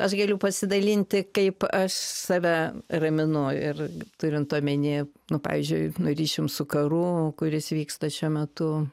aš galiu pasidalinti kaip aš save raminu ir turint omeny nu pavyzdžiui ryšium su karu kuris vyksta šiuo metu